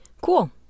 Cool